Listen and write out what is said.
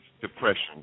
depression